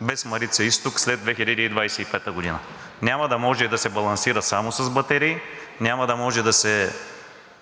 без „Марица изток“ след 2025 г., няма да може да се балансира само с батерии, няма да може да се